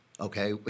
okay